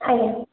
ଆଜ୍ଞା